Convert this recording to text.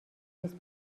نیست